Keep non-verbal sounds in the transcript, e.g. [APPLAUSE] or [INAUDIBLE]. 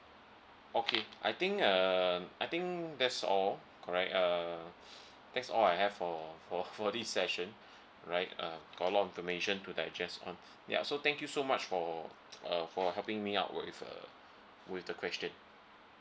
okay I think err I think that's all correct err [BREATH] that's all I have for for for this session [BREATH] right uh got a lot of information to digest on so thank you so much for uh for helping me out with uh with the question